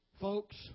Folks